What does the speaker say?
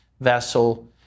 vessel